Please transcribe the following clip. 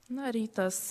na rytas